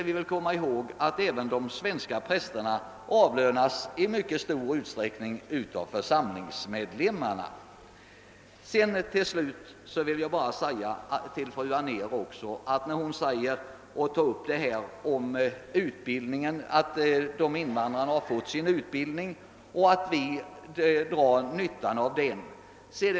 Vi måste komma ihåg att även de svenska prästerna i mycket stor utsträckning avlönas av församlingsmedlemmarna. Fru Anér framhöll att invandrarna fått sin utbildning på annat håll och att vi drar nytta av dem.